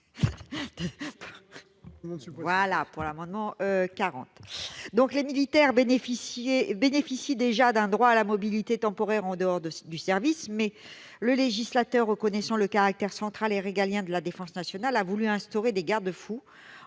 supprimer l'article. Les militaires bénéficient déjà d'un droit à la mobilité temporaire en dehors du service. Cependant, le législateur, reconnaissant le caractère central et régalien de la défense nationale, a voulu instaurer des garde-fous